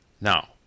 Now